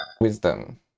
Wisdom